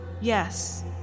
Yes